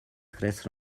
tres